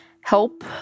help